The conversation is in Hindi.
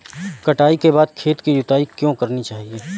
कटाई के बाद खेत की जुताई क्यो करनी चाहिए?